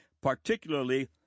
particularly